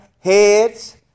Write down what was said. heads